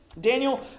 Daniel